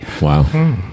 Wow